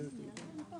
)